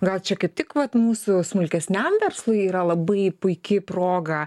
gal čia kaip tik vat mūsų smulkesniam verslui yra labai puiki proga